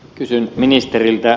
kysyn ministeriltä